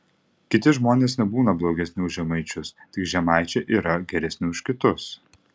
kiti žmonės nebūna blogesni už žemaičius tik žemaičiai yra geresni už kitus